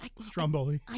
stromboli